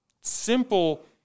simple